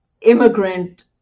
immigrant